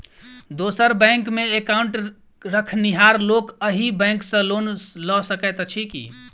दोसर बैंकमे एकाउन्ट रखनिहार लोक अहि बैंक सँ लोन लऽ सकैत अछि की?